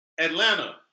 Atlanta